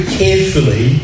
carefully